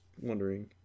wondering